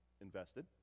invested